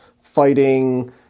fighting